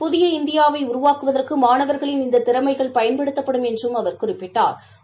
புதிய இந்தியாவை உருவாக்குவதற்கு மாணவா்களின் இந்த திறமைகள் பயன்படுத்தப்படும் என்றும் அவர் குறிப்பிட்டா்